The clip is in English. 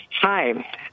Hi